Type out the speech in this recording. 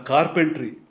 Carpentry